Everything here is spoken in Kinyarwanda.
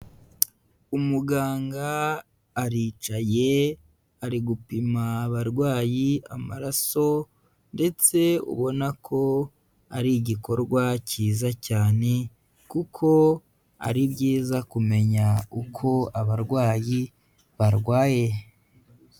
Umuganga aricaye, ari gupima abarwayi amaraso ndetse ubona ko ari igikorwa cyiza cyane kuko ari byiza kumenya uko abarwayi barwaye.